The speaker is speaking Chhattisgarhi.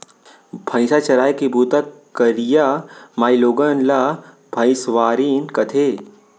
भईंसा चराय के बूता करइया माइलोगन ला भइंसवारिन कथें